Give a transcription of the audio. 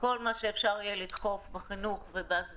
בכל מה שאפשר יהיה לדחוף בחינוך ובהסברה,